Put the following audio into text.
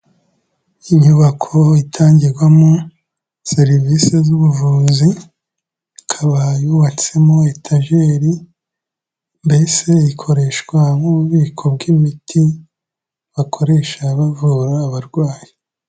Inyubako itangirwamo serivisi z'ubuvuzi, ikaba yubatsemo etajeri, mbese ikoreshwa nk'ububiko bw'imiti bakoresha bavura abarwayi.